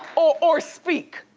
or speak.